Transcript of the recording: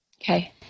Okay